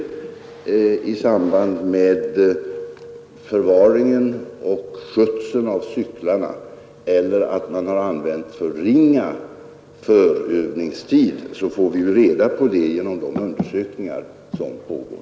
Vad slutligen angår huruvida det kan ha begåtts fel vid förvaringen och skötseln av cyklarna eller om de värnpliktiga har fått för kort övningstid får vi ju svar på de frågorna genom de undersökningar som nu pågår.